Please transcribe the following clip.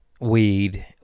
weed